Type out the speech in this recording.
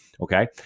Okay